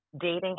dating